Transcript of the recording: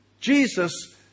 Jesus